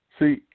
See